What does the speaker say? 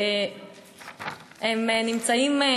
הם נמצאים,